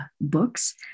books